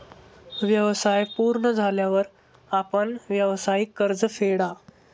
व्यवसाय पूर्ण झाल्यावर आपण व्यावसायिक कर्ज फेडा